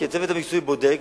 כי הצוות המקצועי בודק,